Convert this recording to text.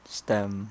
stem